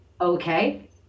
okay